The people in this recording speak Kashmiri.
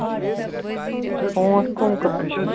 اچھا اچھا ژوٗنٛٹھۍ کٕم قٕسٕم چھِ